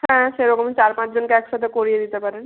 হ্যাঁ সেরকমই চার পাঁচজনকে একসাথে করিয়ে দিতে পারেন